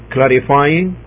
Clarifying